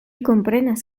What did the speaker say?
komprenas